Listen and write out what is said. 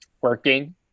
working